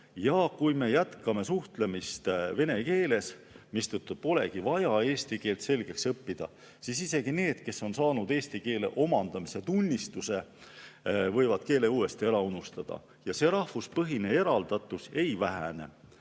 Ja kui me jätkame suhtlemist vene keeles, mistõttu polegi vaja eesti keelt selgeks õppida, siis isegi need, kes on saanud eesti keele omandamise tunnistuse, võivad keele uuesti ära unustada ja see rahvuspõhine eraldatus ei vähene.